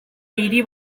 hiri